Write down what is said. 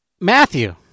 Matthew